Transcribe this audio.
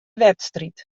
wedstriid